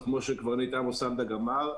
אז כמו שקברניט עמוס אלדאג אמר,